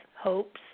hopes